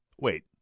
Wait